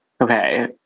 Okay